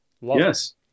Yes